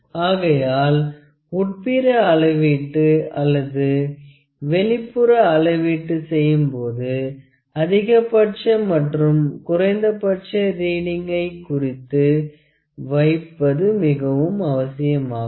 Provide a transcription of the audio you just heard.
ஆகையால் உட்புற அளவீட்டு அல்லது வெளிப்புற அளவீட்டு செய்யும் போது அதிகபட்ச மற்றும் குறைந்தபட்ச ரீடிங்கை குறித்து வைப்பது மிகவும் அவசியமாகும்